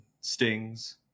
stings